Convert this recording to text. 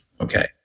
okay